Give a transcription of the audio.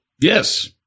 Yes